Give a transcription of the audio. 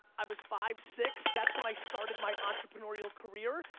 i was five, six. that's when i started my entrepreneurial career.